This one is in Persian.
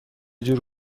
جور